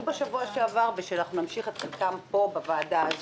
בשבוע שעבר ושאנחנו נמשיך את חלקם פה בוועדה הזו.